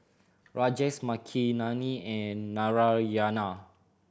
Rajesh Makineni and Narayana